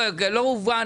לא הובן.